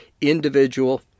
individual